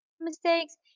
mistakes